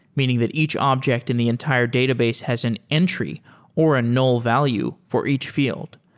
meaning that each object in the entire database has an entry or a null value for each fi eld.